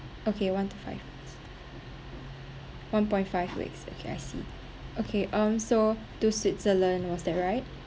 okay one to five one point five weeks okay I see okay um so to switzerland was that right